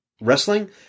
wrestling